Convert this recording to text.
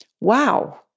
wow